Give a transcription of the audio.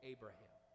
Abraham